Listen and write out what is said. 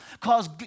cause